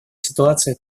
ситуация